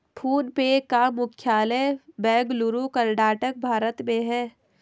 phone पे का मुख्यालय बेंगलुरु, कर्नाटक, भारत में है